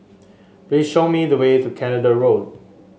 please show me the way to Canada Road